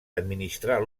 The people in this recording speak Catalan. administrar